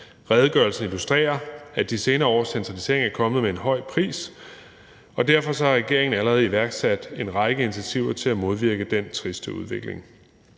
Redegørelsen illustrerer, at de senere års centralisering er kommet med en høj pris, og derfor har regeringen allerede iværksat en række initiativer til at modvirke den triste udvikling.